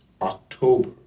October